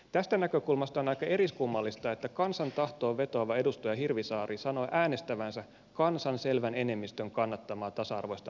tästä näkökulmasta on aika eriskummallista että kansan tahtoon vetoava edustaja hirvisaari sanoo äänestävänsä kansan selvän enemmistön kannattamaa tasa arvoista avioliittolakia vastaan